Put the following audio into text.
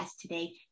today